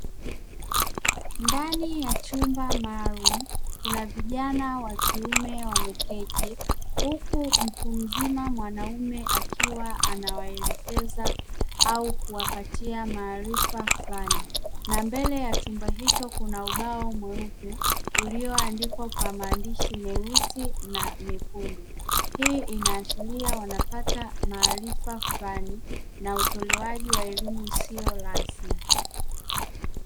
Ndani ya chumba maarufu kuna vijana wa kiume wameketi, huku mtu mzima mwanaume akiwa anawaelekeza au kuwapatia maarifa flani na mbele ya chumba hicho kuna ubao mweupe ulioandikwa kwa maandishi meusi na mekundu, hii inaashiria wanapata maarifa fulani na utolewaji wa elimu isiyo la rasmi.